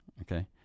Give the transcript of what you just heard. Okay